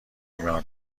بیمار